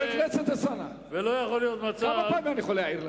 חבר הכנסת אלסאנע, כמה פעמים אני יכול להעיר לך?